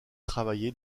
travaillé